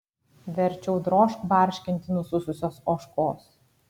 verčiau drožk barškinti nusususios ožkos